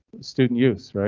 student use, right?